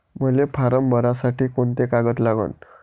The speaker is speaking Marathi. मले फारम भरासाठी कोंते कागद लागन?